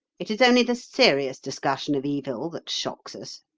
it is only the serious discussion of evil that shocks us.